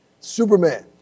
Superman